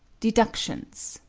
deductions